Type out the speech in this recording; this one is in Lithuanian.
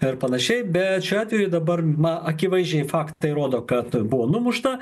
ir panašiai bet šiuo atveju dabar na akivaizdžiai faktai rodo kad buvo numušta